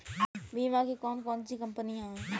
बीमा की कौन कौन सी कंपनियाँ हैं?